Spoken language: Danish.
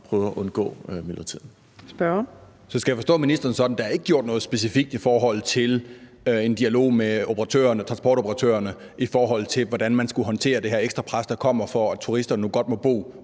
jeg forstå ministeren sådan, at der ikke er gjort noget specifikt i forhold til en dialog med transportoperatørerne om, hvordan man skal håndtere det her ekstra pres, der kommer, når nu turister godt må bo